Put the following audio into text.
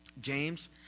James